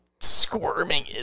squirming